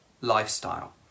lifestyle